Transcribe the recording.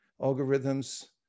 algorithms